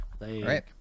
Right